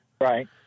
Right